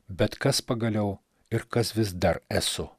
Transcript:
bet kas pagaliau ir kas vis dar esu